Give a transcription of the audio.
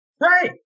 Right